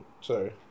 Sorry